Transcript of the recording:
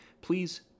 Please